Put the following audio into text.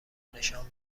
نشان